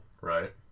right